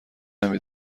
نمی